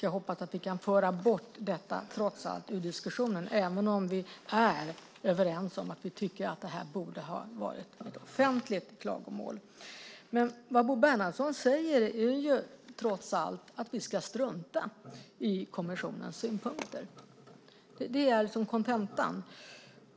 Jag hoppas att vi kan föra bort detta trots allt ur diskussionen, även om vi är överens om att vi tycker att det här borde ha varit ett offentligt klagomål. Det Bo Bernhardsson säger är trots allt att vi ska strunta i kommissionens synpunkter. Det är liksom kontentan.